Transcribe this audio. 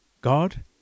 God